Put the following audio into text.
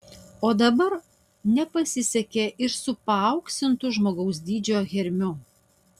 o dabar nepasisekė ir su paauksintu žmogaus dydžio hermiu